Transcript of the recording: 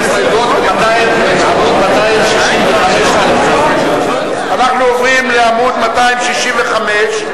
למעט ההסתייגות בעמוד 265א'. אנחנו עוברים לעמוד 265א'